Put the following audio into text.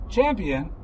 Champion